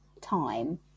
time